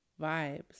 vibes